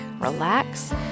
relax